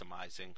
maximizing